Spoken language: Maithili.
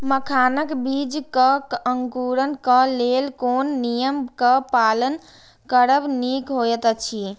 मखानक बीज़ क अंकुरन क लेल कोन नियम क पालन करब निक होयत अछि?